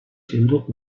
siendo